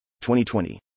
2020